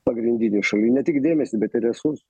pagrindinių šalių ne tik dėmesį bet ir resur